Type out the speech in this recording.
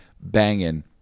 banging